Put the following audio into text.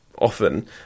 often